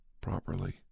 properly